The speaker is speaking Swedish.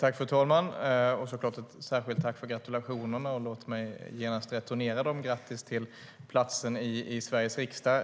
Fru talman! Ett särskilt tack för gratulationerna, Daniel Riazat. Låt mig genast returnera dem: Grattis till platsen i Sveriges riksdag!